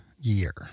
year